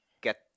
get